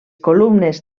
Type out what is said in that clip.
columnes